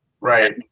Right